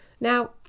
Now